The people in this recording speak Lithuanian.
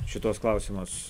šituos klausimus